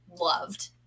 loved